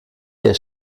der